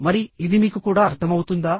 మరి ఇది మీకు కూడా అర్థమవుతుందా